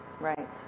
right